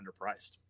underpriced